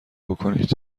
بکنید